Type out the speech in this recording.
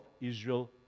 Israel